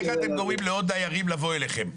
איך אתם גורמים לעוד דיירים לבוא אליכם?